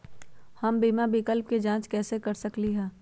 हम बीमा विकल्प के जाँच कैसे कर सकली ह?